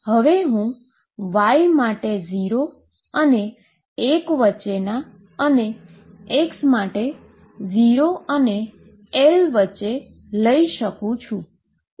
હવે હું y માટે 0 અને 1 વચ્ચેના અને x માટે 0અને L ની વચ્ચે લઈ શકું છું